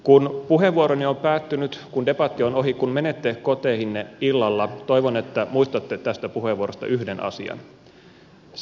kun puheenvuoroni on päättynyt kun debatti on ohi kun menette koteihinne illalla toivon että muistatte tästä puheenvuorosta yhden asian